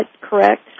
correct